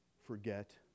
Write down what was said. forget